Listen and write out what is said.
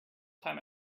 time